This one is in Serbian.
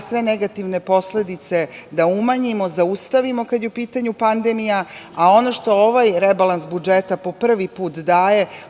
sve negativne posledice da umanjimo, zaustavimo kada je u pitanju pandemija. Ono što ovaj rebalans budžeta po prvi put daje